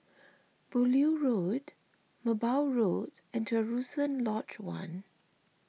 Beaulieu Road Merbau Road and Terusan Lodge one